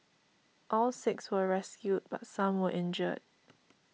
all six were rescued but some were injured